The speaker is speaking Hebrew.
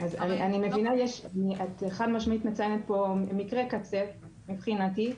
את חד משמעית מציינת פה מקרה קצה מבחינתי,